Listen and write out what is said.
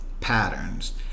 patterns